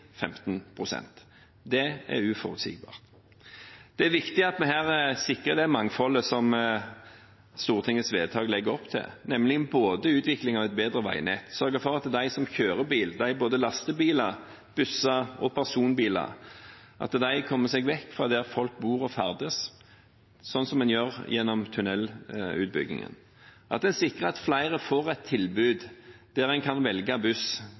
Det er uforutsigbart. Det er viktig at vi her sikrer det mangfoldet som Stortingets vedtak legger opp til, nemlig både å utvikle et bedre veinett og å sørge for at de som kjører bil – både lastebiler, busser og personbiler – kommer seg vekk fra der folk bor og ferdes, som en gjør gjennom tunnelutbyggingen, sikre at flere får et tilbud der en kan velge buss,